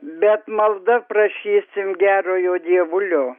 bet malda prašysim gerojo dievulio